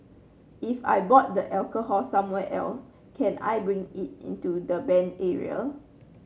if I bought the alcohol somewhere else can I bring it into the banned area